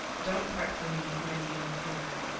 don't part from me in any ill humor.